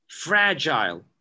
fragile